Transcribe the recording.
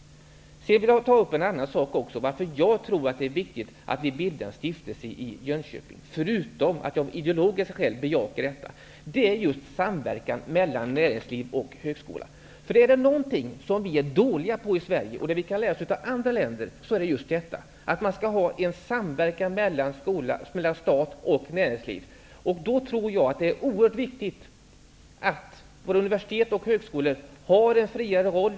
Sedan vill jag också tala om varför -- förutom att jag av ideologiska skäl bejakar detta -- jag tror att det är viktigt att det bildas en stiftelse i Jönköping. Det handlar om samverkan mellan näringsliv och högskola. I Sverige är vi dåliga just på samverkan mellan stat och näringsliv -- där kan vi lära oss av andra länder. Det är då oerhört viktigt att universitet och högskolor har en friare roll.